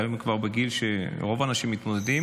היום היא כבר בגיל שרוב הנשים מתמודדות,